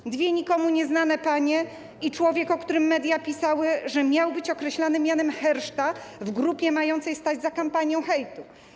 Są to dwie nikomu nieznane panie i człowiek, o którym media pisały, że miał być określany mianem herszta w grupie mającej stać za kampanią hejtu.